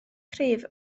cryf